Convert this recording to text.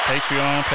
Patreon